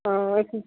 ହଁ